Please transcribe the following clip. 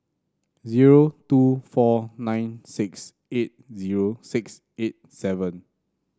zero two four nine six eight zero six eight seven